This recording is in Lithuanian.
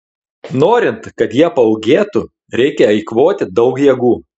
norint kad jie paūgėtų reikia eikvoti daug jėgų